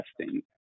testing